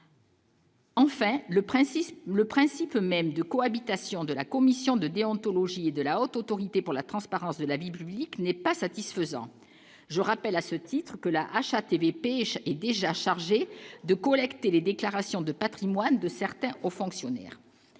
principe, le principe même de cohabitation de la commission de déontologie et de la Haute autorité pour la transparence de la vie publique n'est pas satisfaisant, je rappelle à ce titre que la HATVP est déjà chargé de collecter les déclarations de Patrimoine de certains hauts fonctionnaires